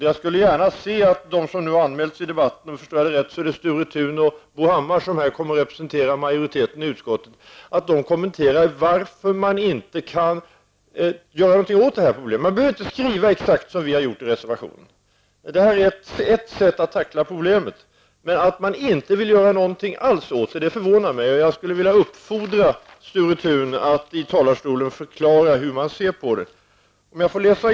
Jag skulle gärna se att Sture Thun och Bo Hammar, som här kommer att representera majoriteten i utskottet, förklarar varför man inte kan göra någonting åt detta problem. Man behöver inte skriva exakt som vi har gjort i reservationen -- det är ett sätt som vi har valt för att tackla problemet, men det förvånar mig att man inte vill göra någonting alls. Jag vill uppfordra Sture Thun att förklara hur man ser på frågan.